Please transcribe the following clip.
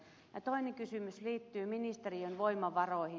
toinen kysymys liittyy ministeriön voimavaroihin